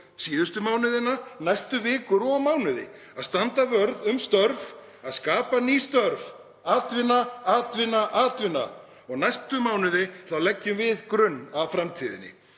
síðustu mánuðina, næstu vikur, næstu mánuði: Að standa vörð um störf og skapa ný störf. Atvinna, atvinna, atvinna. Næstu mánuði leggjum við grunn að framtíðinni.